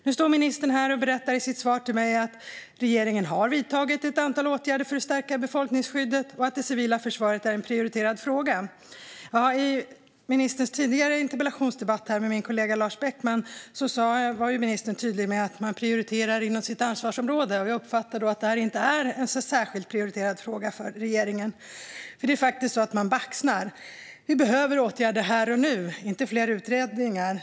Nu står ministern här och berättar i sitt svar till mig att regeringen har vidtagit ett antal åtgärder för att stärka befolkningsskyddet och att det civila försvaret är en prioriterad fråga. Ja, i ministerns tidigare interpellationsdebatt med min kollega Lars Beckman var ministern tydlig med att man prioriterar inom sitt ansvarsområde. Jag uppfattar då att detta inte är en särskilt prioriterad fråga för regeringen, för det är faktiskt så att man baxnar. Vi behöver åtgärder här och nu, inte fler utredningar.